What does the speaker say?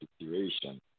situation